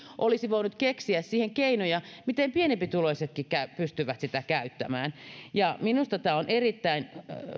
olisi voinut keksiä keinoja miten pienempituloisetkin pystyvät sitä käyttämään minusta tämä on erittäin